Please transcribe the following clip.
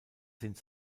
sind